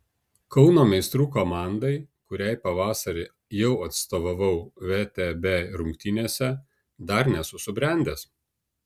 kauno meistrų komandai kuriai pavasarį jau atstovavau vtb rungtynėse dar nesu subrendęs